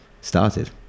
started